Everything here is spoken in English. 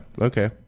okay